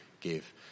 give